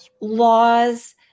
laws